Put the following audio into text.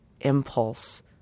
impulse